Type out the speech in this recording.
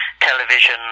television